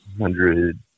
hundred